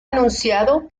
anunciado